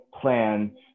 plan